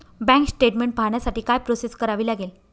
Bank statement पाहण्यासाठी काय process करावी लागेल?